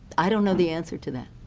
i don't know the answer to that.